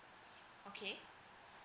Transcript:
okay